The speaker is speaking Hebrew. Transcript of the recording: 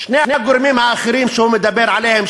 שני הגורמים האחרים שהוא מדבר עליהם,